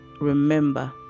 Remember